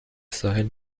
ساحل